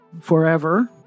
forever